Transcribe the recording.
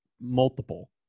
multiple